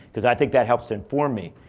because i think that helps to inform me.